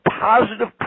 positive